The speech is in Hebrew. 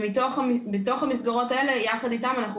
ומתוך המסגרות האלה יחד איתם אנחנו